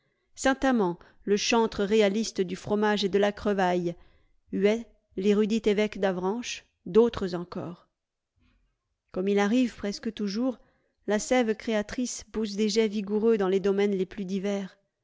saintamand le chantre réaliste du fromage et de la crevaille huet l'érudit évêque d'avranches d'autres encore comme il arrive presque toujours la sève créatrice pousse des jets vigoureux dans les domaines les plus divers